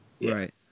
Right